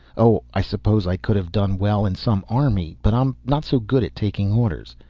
oh, i suppose i could have done well in some army, but i'm not so good at taking orders.